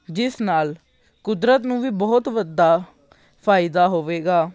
ਜਿਸ ਨਾਲ ਕੁਦਰਤ ਨੂੰ ਵੀ ਬਹੁਤ ਵੱਡਾ ਫਾਇਦਾ ਹੋਵੇਗਾ